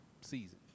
season